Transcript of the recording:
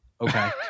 Okay